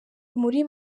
muri